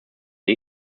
dem